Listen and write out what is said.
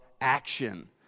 action